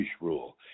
rule